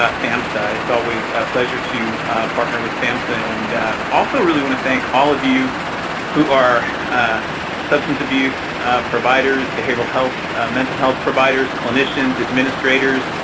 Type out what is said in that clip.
ah samhsa. it's always a pleasure to partner with samhsa. and also really want to thank all of you who are substance abuse providers, behavioral health, mental health providers, clinicians, administrators.